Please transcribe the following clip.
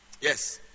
Yes